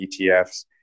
ETFs